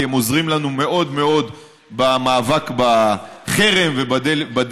כי הם עוזרים לנו מאוד מאוד במאבק בחרם ובדה-לגיטימציה.